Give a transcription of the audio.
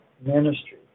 ministry